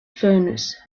furnace